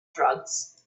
drugs